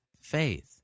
faith